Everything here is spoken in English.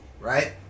right